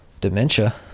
dementia